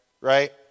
right